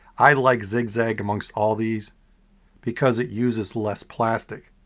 i like zigzag amongst all these because it uses less plastic.